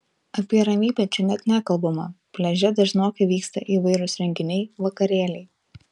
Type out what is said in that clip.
apie ramybę čia net nekalbama pliaže dažnokai vyksta įvairūs renginiai vakarėliai